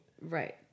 Right